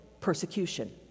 persecution